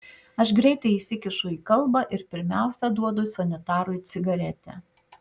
aš greitai įsikišu į kalbą ir pirmiausia duodu sanitarui cigaretę